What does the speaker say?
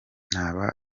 ntaba